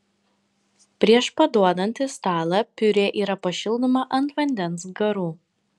prieš paduodant į stalą piurė yra pašildoma ant vandens garų